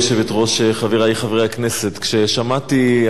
כששמעתי על התרסקותה